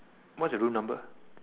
what's your room number